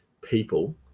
people